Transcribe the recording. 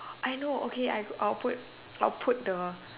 I know okay I will put I will put the